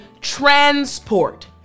transport